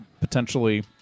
potentially